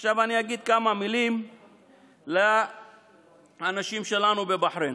עכשיו אני אגיד כמה מילים לאנשים שלנו בבחריין: